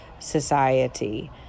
society